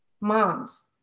moms